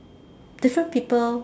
different people